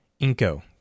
Inco